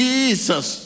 Jesus